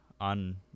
on